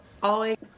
Ollie